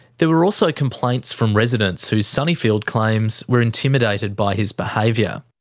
there were also complaints from residents who sunnyfield claims were intimidated by his behaviour.